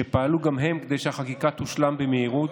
שפעלו גם הם כדי שהחקיקה תושלם במהירות